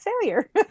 failure